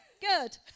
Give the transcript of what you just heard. Good